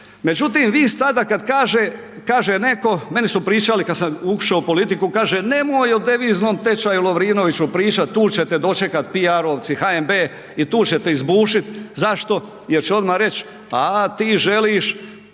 Međutim, vi sada kad kaže, kaže neko, meni su pričali kad sam ušao u politiku, nemoj o deviznom tečaju Lovrinoviću pričat, tu će te dočekat piarovci, HNB i tu će te izbušit. Zašto? Jer će odma reć a ti želiš